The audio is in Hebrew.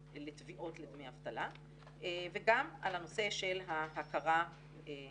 לתביעות לדמי אבטלה וגם על הנושא של ההכרה בזכאות.